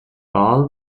wahl